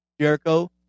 Jericho